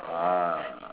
ah